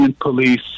police